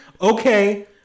Okay